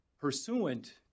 Pursuant